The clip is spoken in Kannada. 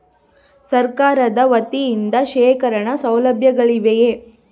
ಸರಕಾರದ ವತಿಯಿಂದ ಶೇಖರಣ ಸೌಲಭ್ಯಗಳಿವೆಯೇ?